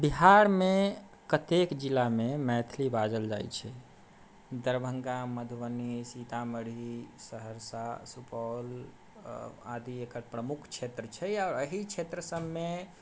बिहार मे कतेक जिला मे मैथिली बाजल जाइ छै दरभंगा मधुबनी सीतामढ़ी सहरसा सुपौल अऽ आदि एकर प्रमुख छेत्र छै आओर एहि छेत्र सभमे